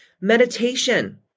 Meditation